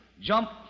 jump